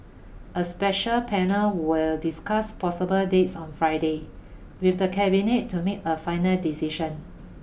a special panel will discuss possible dates on Friday with the Cabinet to make a final decision